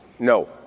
No